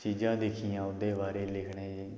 चीजां दिक्खियां ओह्दे बारे च लिखने